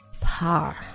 power